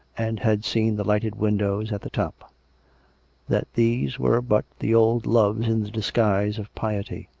and had seen the lighted windows at the top that these were but the old loves in the disguise of piety.